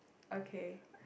okay